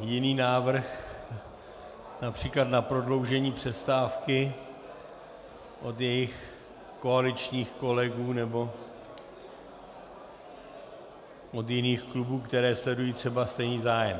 jiný návrh, například na prodloužení přestávky od jejich koaličních kolegů nebo od jiných klubů, které třeba sledují stejný zájem.